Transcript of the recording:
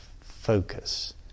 focus